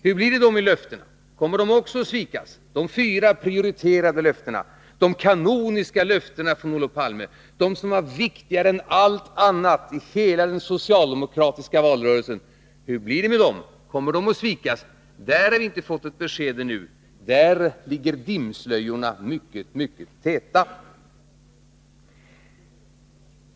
Hur blir det då med löftena — kommer de också att svikas? De fyra prioriterade löftena, de kanoniska löftena från Olof Palme, som var viktigare än allt annat i hela den socialdemokratiska valrörelsen — kommer de att svikas? På den punkten har vi ännu inte fått något besked. Där ligger dimslöjorna mycket, mycket täta.